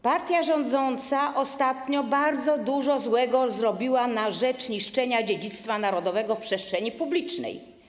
Partia rządząca ostatnio bardzo dużo złego zrobiła na rzecz niszczenia dziedzictwa narodowego w przestrzeni publicznej.